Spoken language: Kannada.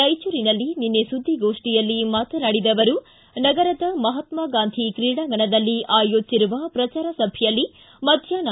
ರಾಯಚೂರಿನಲ್ಲಿ ನಿನ್ನೆ ಸುದ್ದಿಗೋಷ್ಠಿಯಲ್ಲಿ ಮಾತನಾಡಿದ ಅವರು ನಗರದ ಮಹಾತ್ಮ ಗಾಂಧಿ ಕ್ರೀಡಾಂಗಣದಲ್ಲಿ ಆಯೋಜಿಸಿರುವ ಪ್ರಚಾರ ಸಭೆಯಲ್ಲಿ ಮಧ್ಯಾಷ್ನ